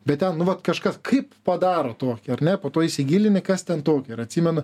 bet ten nu vat kažkas kaip padaro tokį ar ne po to įsigilini kas ten tokio ir atsimenu